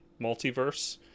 multiverse